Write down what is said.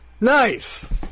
Nice